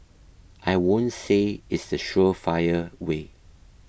I won't say it's the surefire way